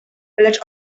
lecz